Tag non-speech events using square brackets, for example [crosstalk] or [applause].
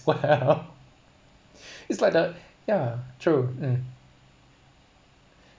well [laughs] it's like the ya true um